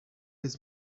his